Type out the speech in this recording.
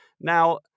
Now